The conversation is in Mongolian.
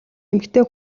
эмэгтэй